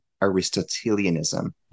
Aristotelianism